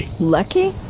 Lucky